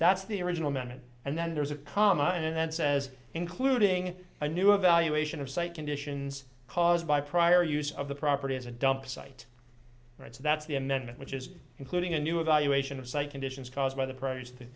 that's the original member and then there's a comma and that says including a new evaluation of site conditions caused by prior use of the property as a dumpsite rights that's the amendment which is including a new evaluation of site conditions caused by the pr